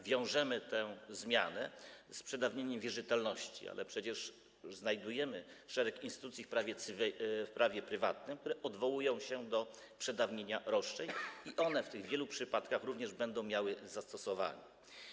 Wiążemy tę zmianę z przedawnieniem wierzytelności, ale przecież już znajdujemy szereg instytucji w prawie prywatnym, które odwołują się do przedawnienia roszczeń, i one w tych wielu przypadkach również będą miały zastosowanie.